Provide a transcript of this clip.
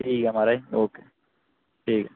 ठीक ऐ महाराज ओके ठीक ऐ